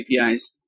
apis